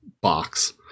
box